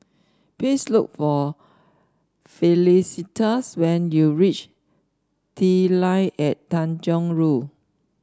please look for Felicitas when you reach The Line at Tanjong Rhu